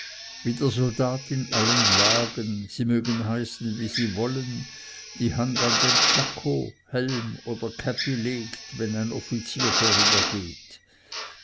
wie der soldat in allen lagen sie mögen heißen wie sie wollen die hand an den tschako helm oder käppi legt wenn ein offizier vorübergeht